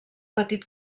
petit